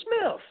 Smith